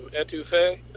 Etouffee